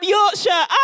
Yorkshire